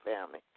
family